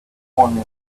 formula